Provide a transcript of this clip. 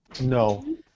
No